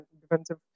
defensive